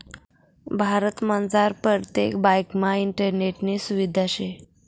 भारतमझार परतेक ब्यांकमा इंटरनेटनी सुविधा शे